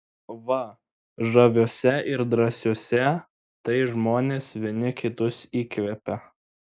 va žaviuose ir drąsiuose tai žmonės vieni kitus įkvepia